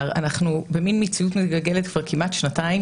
שאנחנו במציאות מתגלגלת כבר כמעט שנתיים,